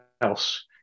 else